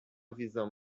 visão